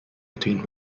between